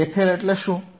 હુ fL એટલે શું